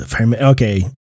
okay